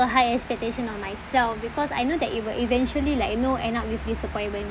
a high expectations on myself because I know that it will eventually like you know end up with disappointment